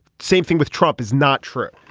same thing with trump is not true.